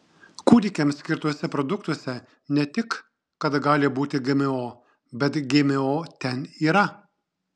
kūdikiams skirtuose produktuose ne tik kad gali būti gmo bet gmo ten yra